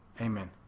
amen